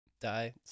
die